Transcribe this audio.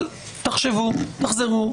תחשבו, תחזרו.